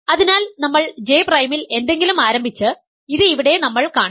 അതിനാൽ നമ്മൾ J പ്രൈമിൽ എന്തെങ്കിലും ആരംഭിച്ച് ഇത് ഇവിടെ നമ്മൾ കാണിച്ചു